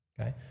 Okay